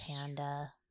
panda